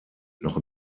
noch